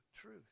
truth